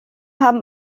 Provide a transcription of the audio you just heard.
haben